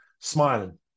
smiling